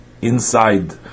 inside